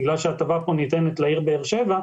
כי ההטבה כאן ניתנת לעיר באר שבע,